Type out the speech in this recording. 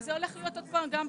זה הולך להיות גם פה.